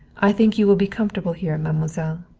i think you will be comfortable here, mademoiselle.